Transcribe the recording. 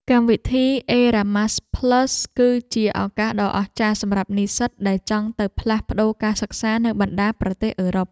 កម្មវិធីអេរ៉ាម៉ាស់ផ្លាស់ (Erasmus+) គឺជាឱកាសដ៏អស្ចារ្យសម្រាប់និស្សិតដែលចង់ទៅផ្លាស់ប្តូរការសិក្សានៅបណ្តាប្រទេសអឺរ៉ុប។